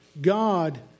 God